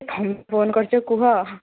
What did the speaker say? phone କରିଛ କୁହ